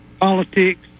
politics